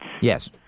Yes